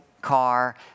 car